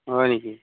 হয় নেকি